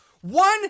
one